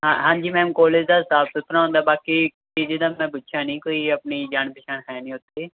ਹਾ ਹਾਂਜੀ ma'am college ਦਾ ਸਾਫ਼ ਸੁਥਰਾ ਹੁੰਦਾ ਬਾਕੀ ਪੀ ਜੀ ਦਾ ਮੈਂ ਪੁੱਛਿਆ ਨਹੀਂ ਕੋਈ ਆਪਣੀ ਜਾਣ ਪਛਾਣ ਹੈ ਨਹੀਂ ਉੱਥੇ